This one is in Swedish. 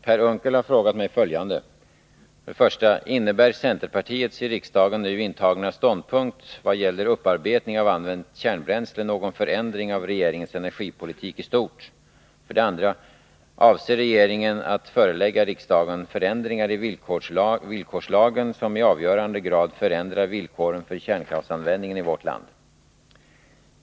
Herr talman! Per Unckel har frågat mig följande: 1. Innebär centerpartiets i riksdagen nu intagna ståndpunkt vad gäller upparbetning av använt kärnbränsle någon förändring av regeringens energipolitik i stort? 2. Avser regeringen att förelägga riksdagen förändringar i villkorslagen som i avgörande grad förändrar villkoren för kärnkraftsanvändningen i vårt land?